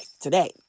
today